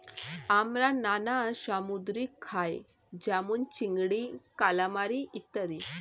আমরা নানা সামুদ্রিক খাই যেমন চিংড়ি, কালামারী ইত্যাদি